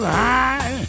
high